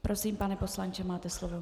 Prosím, pane poslanče, máte slovo.